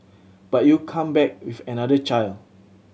but you come back with another child